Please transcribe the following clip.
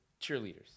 cheerleaders